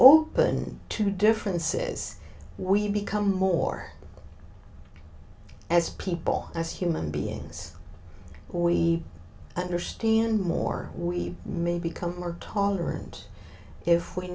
open to differences we become more as people as human beings we understand more we may become more tolerant if we